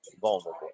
vulnerable